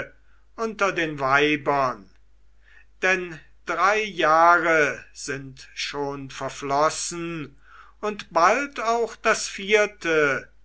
unter den weibern denn drei jahre sind schon verflossen und bald auch das vierte